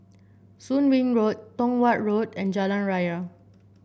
Soon Wing Road Tong Watt Road and Jalan Raya